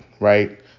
right